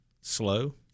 slow